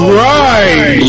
right